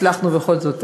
הצלחנו בכל זאת,